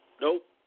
Nope